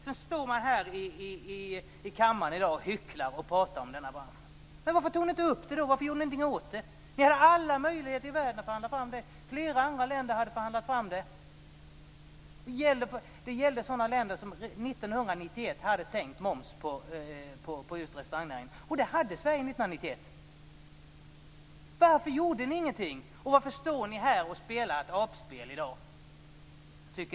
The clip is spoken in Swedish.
Sedan står Moderaterna i kammaren i dag och hycklar om denna bransch. Varför gjorde ni ingenting åt frågan? Ni hade alla möjligheter i världen att förhandla. Flera andra länder hade förhandlat, dvs. länder som 1991 hade sänkt moms på restaurangnäringen. Det hade Sverige 1991. Varför gjorde ni ingenting? Varför står ni här och spelar dragspel i dag?